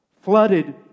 flooded